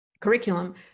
curriculum